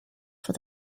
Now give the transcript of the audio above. for